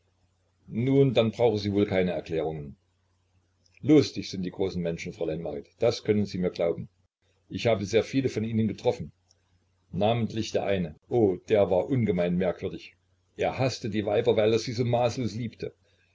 nun dann brauche sie wohl keine erklärungen lustig sind die großen menschen fräulein marit das können sie mir glauben ich habe sehr viele von ihnen getroffen namentlich der eine o der war ungemein merkwürdig er haßte die weiber weil er sie so maßlos liebte